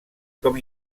com